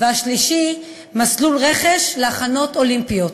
והשלישי, מסלול רכש להכנות אולימפיות.